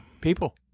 people